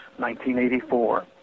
1984